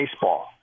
baseball